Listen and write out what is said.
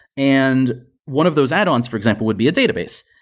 and one of those add-ons, for example, would be a database.